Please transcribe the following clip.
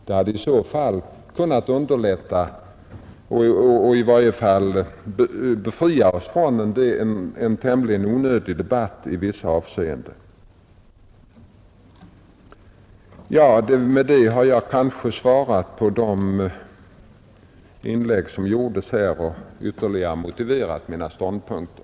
Det hade i så fall kunnat modifierat uppfattningarna och kanske befria oss från en tämligen onödig debatt i vissa avseenden. Med detta har jag kanske svarat på de inlägg som gjordes och ytterligare motiverat mina ståndpunkter.